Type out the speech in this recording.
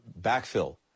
backfill